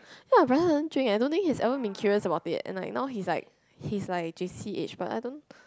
ya brother don't drink eh I don't think he's ever been curious about it and like now he's like he's like J_C age but I don't